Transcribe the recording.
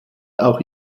auch